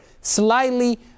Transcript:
slightly